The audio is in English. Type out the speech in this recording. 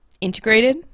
integrated